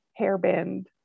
hairband